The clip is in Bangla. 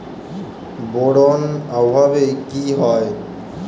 বোরন অভাবে কি হয়?